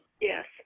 Yes